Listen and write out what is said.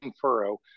furrow